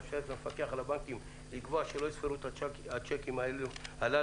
המאפשרת למפקח על הבנקים לקבוע שלא יספרו את השיקים הללו